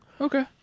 Okay